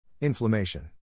inflammation